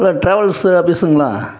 hello travels ஆபிஸ்ங்களா